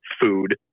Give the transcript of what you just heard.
food